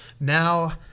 now